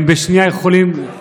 הם בשנייה יכולים, תודה,